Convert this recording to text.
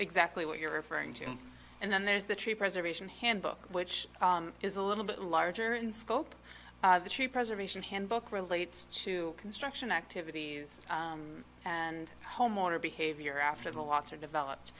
exactly what you're referring to and then there's the tree preservation handbook which is a little bit larger in scope the tree preservation handbook relates to construction activities and homeowner behavior after the lots are developed